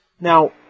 Now